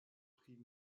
pri